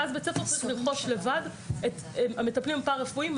ואז בית הספר צריך לרכוש לבד את המטפלים הפרא-רפואיים,